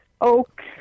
oak